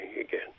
again